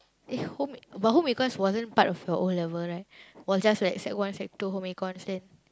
eh home but home-econs wasn't part of your O-level right was just like sec one sec two home-econs then